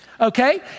Okay